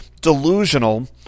delusional